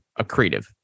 accretive